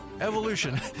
Evolution